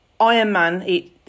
Ironman